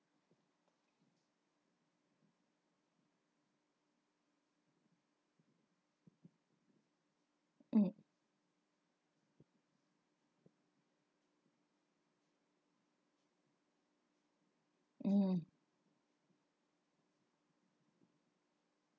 ugh mm